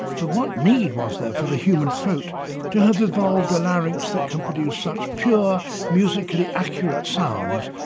but what need was there for the human throat to have evolved a larynx that can produce such pure, musically accurate sounds,